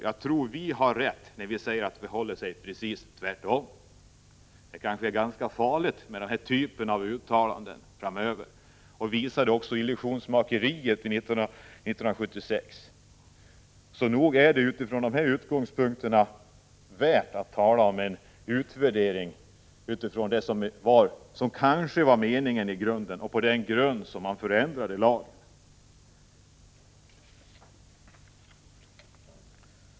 Jag tror att 17 det är vi som har rätt, när vi säger att det förhåller sig precis tvärtom.” Det kanske är farligt att göra den här typen av uttalanden framöver. Uttalandena visar också illusionsmakeriet 1976. Så nog är det rimligt att göra en utvärdering med utgångspunkt i vad som kanske låg till grund när man ändrade lagen.